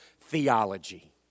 theology